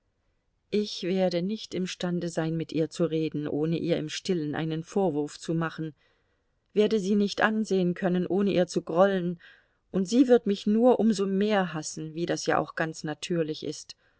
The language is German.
ich werde nicht imstande sein mit ihr zu reden ohne ihr im stillen einen vorwurf zu machen werde sie nicht ansehen können ohne ihr zu grollen und sie wird mich nur um so mehr hassen wie das ja auch ganz natürlich ist